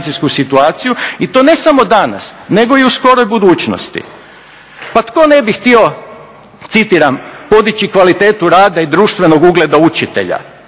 i to ne samo danas, nego i u skoroj budućnosti. Pa tko ne bi htio, citiram, podići kvalitetu rada i društvenog ugleda učitelja?